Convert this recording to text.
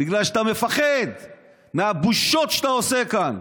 בגלל שאתה מפחד מהבושות שאתה עושה כאן.